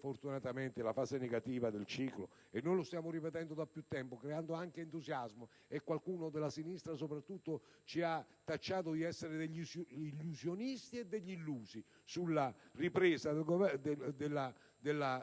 Fortunatamente la fase negativa del ciclo volge al termine: lo stiamo ripetendo da più tempo creando anche entusiasmo; qualcuno, della sinistra soprattutto, ci ha tacciato di essere degli illusionisti e degli illusi sulla ripresa